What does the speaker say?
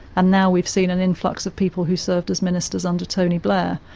and now we've seen an influx of people who served as ministers under tony blair.